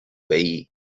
veí